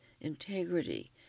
integrity